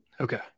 Okay